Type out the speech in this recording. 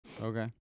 Okay